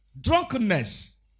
drunkenness